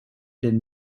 den